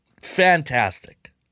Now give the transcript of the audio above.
fantastic